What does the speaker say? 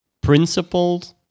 principled